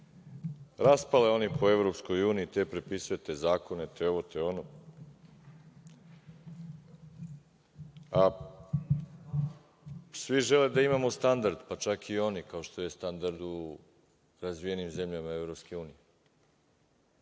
Raspale oni po EU, te prepisujete zakone, te ovo, te ono, a svi žele da imamo standard, pa čak i oni kao što je standard u razvijenim zemljama EU. Sad, još